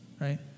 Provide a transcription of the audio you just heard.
right